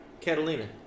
Catalina